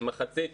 מחצית